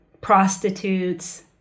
prostitutes